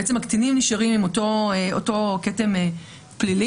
בעצם הקטינים נשארים עם אותו כתם פלילי.